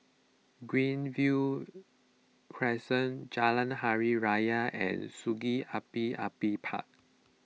Greenview Crescent Jalan Hari Raya and Sungei Api Api Park